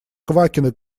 квакина